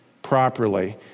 Properly